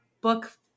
book